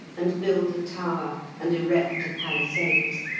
and build a tower, and erect a palisade!